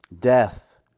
death